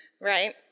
right